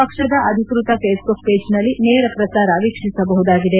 ಪಕ್ಷದ ಅಧಿಕೃತ ಫೇಸ್ಬುಕ್ ಪೇಜ್ನಲ್ಲಿ ನೇರ ಪ್ರಸಾರ ವೀಕ್ಷಿಸಬಹುದಾಗಿದೆ